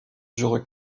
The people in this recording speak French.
dure